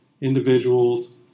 individuals